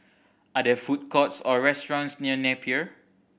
are there food courts or restaurants near Napier